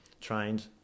trained